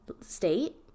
state